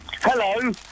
Hello